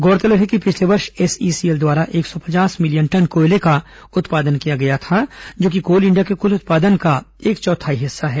गौरतलब है कि पिछले वर्ष एसईसीएल द्वारा एक सौ पचास मिलियन टन कोयले का उत्पादन किया गया था जो कि कोल इंडिया के कुल उत्पादन का एक चौथाई हिस्सा है